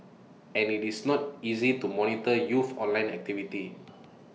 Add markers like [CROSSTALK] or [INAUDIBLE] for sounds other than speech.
and IT is not easy to monitor youth online activity [NOISE]